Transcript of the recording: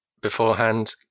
beforehand